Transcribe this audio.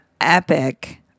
epic